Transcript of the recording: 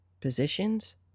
positions